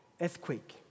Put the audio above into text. earthquake